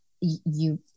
you-